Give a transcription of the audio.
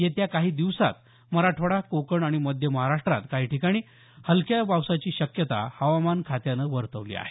येत्या काही दिवसात मराठवाडा कोकण आणि मध्य महाराष्ट्रात काही ठिकाणी हलक्या पावसाची शक्यता हवामान खात्यानं वर्तवली आहे